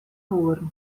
boeren